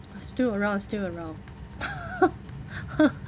still around still around